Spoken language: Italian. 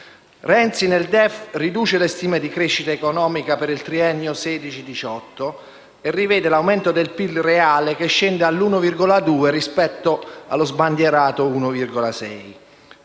Renzi nel DEF riduce le stime di crescita economica per il triennio 2016-2018 e rivede l'aumento del PIL reale, che scende all'1,2 per cento rispetto allo sbandierato 1,6